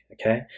okay